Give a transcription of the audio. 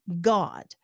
God